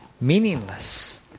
meaningless